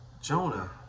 Jonah